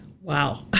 Wow